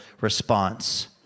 response